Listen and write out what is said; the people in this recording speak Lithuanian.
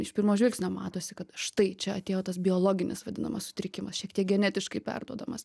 iš pirmo žvilgsnio matosi kad štai čia atėjo tas biologinis vadinamas sutrikimas šiek tiek genetiškai perduodamas